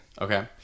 Okay